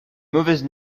mauvaise